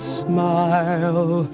smile